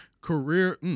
career –